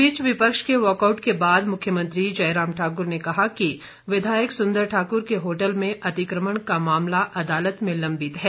इस बीच विपक्ष के वॉकआउट के बाद मुख्यमंत्री जयराम ठाकुर ने कहा कि विधायक सुंदर ठाकुर के होटल में अतिक्रमण का मामला अदालत में लंबित है